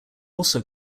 also